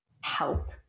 help